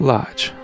Lodge